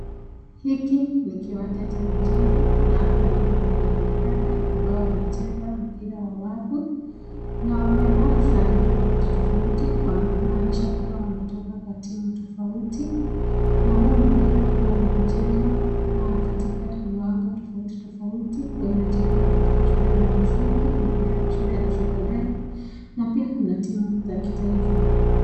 Hiki ni kiwanja cha michezo na hapa naona kuna wandada ambao wanacheza mpira wa wafu na wamevaa sare tofauti tofauti. Kumaanisha kuwa wametoka kwa timu tofauti na huu mpira huwa unachezwa katika viwango tofauti tofauti huwa inachezwa katika shule msingi na pia shule za sekondari na pia kuna timu za kitaifa.